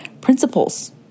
principles